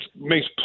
makes